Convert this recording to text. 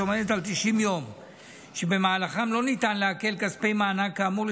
שעומדת על 90 יום שבמהלכם לא ניתן לעקל כספי מענק כאמור,